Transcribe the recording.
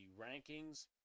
rankings